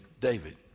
David